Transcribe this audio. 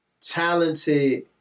talented